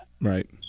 Right